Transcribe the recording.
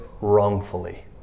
wrongfully